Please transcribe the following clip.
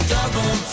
Double